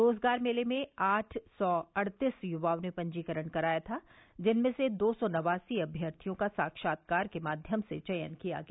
रोजगार मेले में आठ सौ अड़तीस युवाओं ने पंजीकरण कराया था जिनमें से दो सौ नवासी अभ्यर्थियों का साक्षात्कार के माध्यम से चयन किया गया